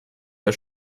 der